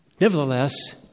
Nevertheless